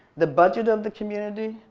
the budget of the community,